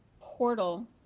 portal